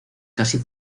casi